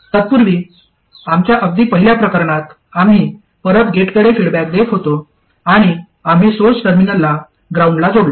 तत्पूर्वी आमच्या अगदी पहिल्या प्रकरणात आम्ही परत गेटकडे फीडबॅक देत होतो आणि आम्ही सोर्स टर्मिनलला ग्राउंडला जोडला